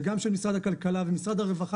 וגם שמשרד הכלכלה ומשרד הרווחה,